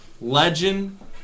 legend